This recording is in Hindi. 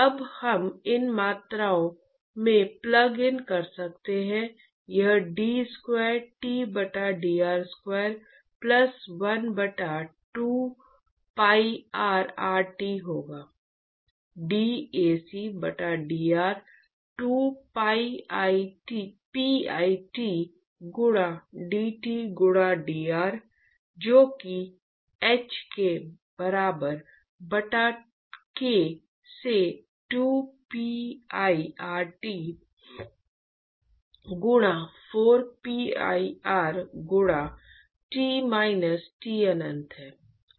अब हम इन मात्राओं में प्लग इन कर सकते हैं यह d स्क्वायर T बटा dr स्क्वायर प्लस 1 बटा 2pirt होगा dAc बटा dr 2pit गुणा dT गुणा dr है जो कि h के बराबर बटा k से 2pirt गुणा 4pir गुणा T माइनस T अनंत है